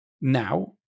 Now